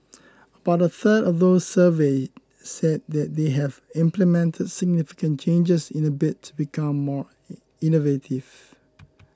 about a third of those surveyed said that they have implemented significant changes in a bid to become more innovative